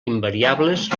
invariables